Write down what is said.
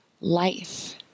life